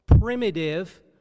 primitive